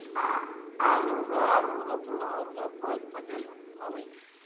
आ आलूमे आलू रोपलहुँ तऽ पानि पटेलहुँ भऽ गेलै